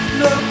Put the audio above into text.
no